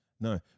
no